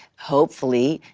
hopefully,